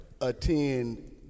attend